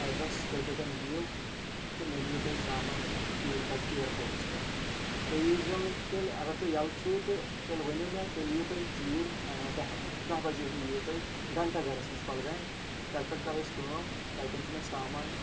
address تُہۍ کتٮ۪ن یِیِوٗ تہٕ مےٚ نِیو تُہۍ شامَن ژیٖرۍ پَتہٕ اِیرپوٹَس پٮ۪ٹھ تُہۍ یی زیو اگر تُہۍ ییٚلہٕ چھُ تہٕ تیٚلہِ ؤنِو مےٚ تیٚلہِ یِیو تُہۍ ژیٖرۍ دَہ دَہ بَجے ہِیوٗ یِیوٗ تُہۍ گھنٹہ گَرَس ںِش کۄلگامہِ تَتہِ پٮ۪ٹھ کَرو أسۍ کٲم تَتٮ۪ن چھِ مےٚ سامان